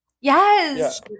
yes